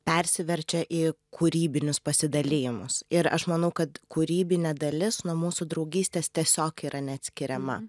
persiverčia į kūrybinius pasidalijimus ir aš manau kad kūrybinė dalis nuo mūsų draugystės tiesiog yra neatskiriama